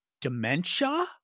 dementia